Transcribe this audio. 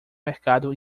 mercado